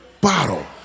bottle